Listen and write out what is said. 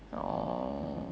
orh